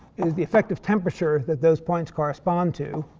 is the effect of temperature that those points correspond to.